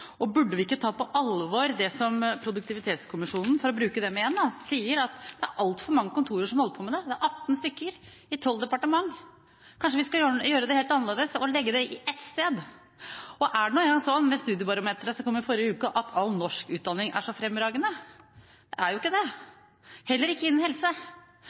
Burde vi ikke ta på alvor det som produktivitetskommisjonen, for å bruke den igjen, sier om at det er altfor mange kontorer som holder på med dette – 18 stykker i 12 departementer? Kanskje vi skal gjøre det helt annerledes og legge det ett sted? Er det nå engang slik – studiebarometret kom i forrige uke – at all norsk utdanning er så fremragende? Det er jo ikke det. Heller ikke innen helse.